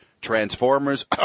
transformers